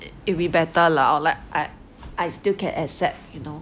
it'll be better lah or like I I still can accept you know